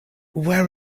where